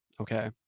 Okay